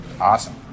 Awesome